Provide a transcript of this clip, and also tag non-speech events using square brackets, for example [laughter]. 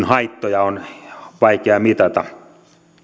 [unintelligible] haittoja on vaikea mitata